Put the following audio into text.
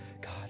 God